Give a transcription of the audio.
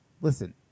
Listen